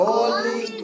Holy